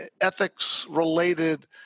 ethics-related